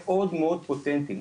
הם מאוד מאוד פותנטים,